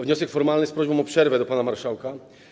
Wniosek formalny z prośbą o przerwę do pana marszałka.